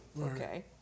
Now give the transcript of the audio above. okay